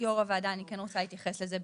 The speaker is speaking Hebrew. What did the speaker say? יו"ר הוועדה, ברשותכם אני כן רוצה להתייחס לזה.